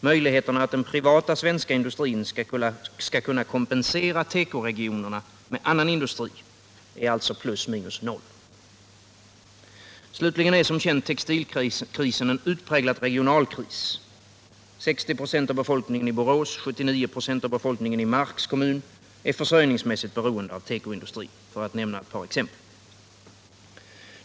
Möjligheterna att den privata svenska industrin skall kunna kompensera tekoregionerna med annan industri är alltså plus minus noll. Slutligen är, som känt, textilkrisen en utpräglat regional kris. 60 96 av befolkningen i Borås och 79 96 av befolkningen i Marks kommun är försörjningsmässigt beroende av tekoindustrin — för att här bara nämna ett par exempel.